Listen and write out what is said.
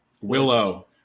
Willow